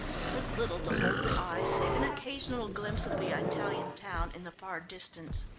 there was little to hold the eye save an occasional glimpse of the italian town in the far distance.